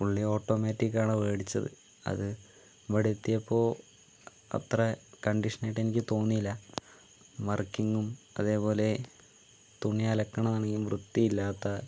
fully automatic ആണ് വേടിച്ചത് അത് ഇവിടെ എത്തിയപ്പോൾ അത്ര കണ്ടീഷനായിട്ട് എനിക്ക് തോന്നിയില്ല വർക്കിങ്ങും അതേപോലെ തുണി അലക്കുന്നതാണെങ്കിലും വൃത്തിയില്ലാത്ത